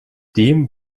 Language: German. dem